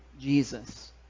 Jesus